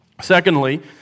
Secondly